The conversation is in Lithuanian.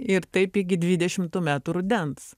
ir taip iki dvidešimų metų rudens